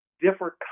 different